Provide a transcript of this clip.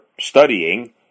studying